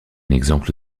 exemple